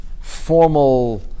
formal